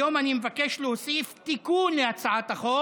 היום אני מבקש להוסיף תיקון בהצעת החוק